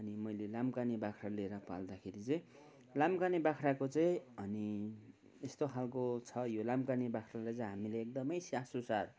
अनि मैले लाम्काने बाख्रा लिएर पाल्दाखेरि चाहिँ लाम्काने बाख्राको चाहिँ अनि यस्तो खालको छ यो लाम्काने बाख्रालाई हामीले एकदमै स्याहार सुसार